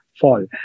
fall